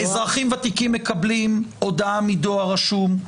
אזרחים ותיקים מקבלים הודעה מדואר רשום.